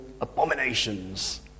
abominations